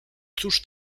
cóż